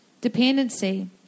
Dependency